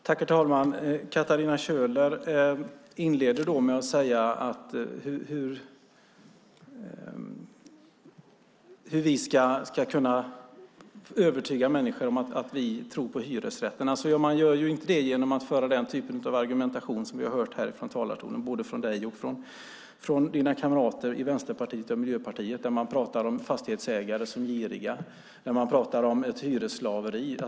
Herr talman! Katarina Köhler inleder med att fråga hur vi ska kunna övertyga människor om att vi tror på hyresrätten. Man gör inte det genom att föra den typen av argumentation som vi har hört från talarstolen både från dig, Katarina, och från dina kamrater i Vänsterpartiet och Miljöpartiet. Man pratar om fastighetsägare som är giriga och om hyresslaveri.